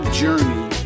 journey